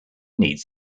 needs